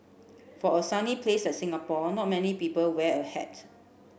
for a sunny place like Singapore not many people wear a hat